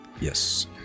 Yes